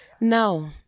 No